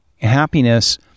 happiness